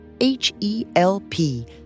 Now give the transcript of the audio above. H-E-L-P